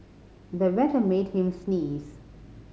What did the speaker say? the weather made him sneeze